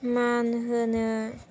मान होनो